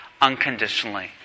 unconditionally